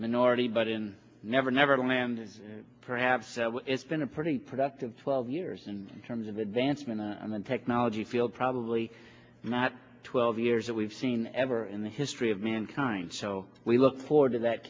minority but in never neverland perhaps it's been a pretty productive twelve years in terms of advancement and technology field probably not twelve years that we've seen ever in the history of mankind so we look forward to that